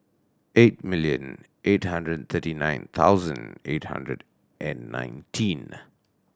eight million eight hundred thirty nine thousand eight hundred and nineteen